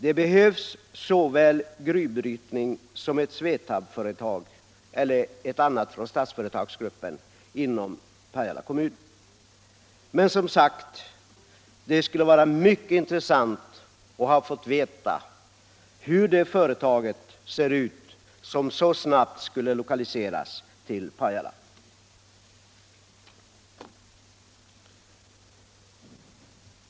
Det behövs såväl gruvbrytning som ett SVETAB-företag eller ett företag från Statsföretagsgruppen inom Pajala kommun. Men det skulle som sagt vara mycket intressant att få veta hur det företag ser ut som så snabbt skulle lokaliseras till Pajala.